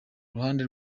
ruhande